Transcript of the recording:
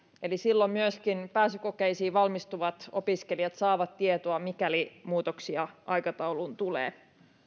eli silloin myöskin pääsykokeisiin valmistuvat opiskelijat saavat tietoa mikäli muutoksia aikatauluun tulee